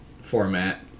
format